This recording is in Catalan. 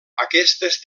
aquestes